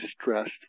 stressed